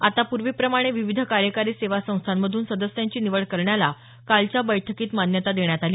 आता पूर्वीप्रमाणे विविध कार्यकारी सेवा संस्थांमधून सदस्यांची निवड करण्याला कालच्या बैठकीत मान्यता देण्यात आली